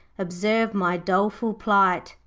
observe my doleful plight.